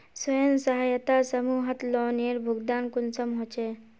स्वयं सहायता समूहत लोनेर भुगतान कुंसम होचे?